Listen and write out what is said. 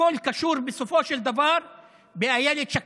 שהכול קשור בסופו של דבר באילת שקד,